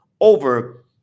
over